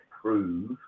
prove